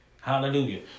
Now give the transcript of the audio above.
Hallelujah